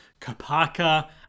Kapaka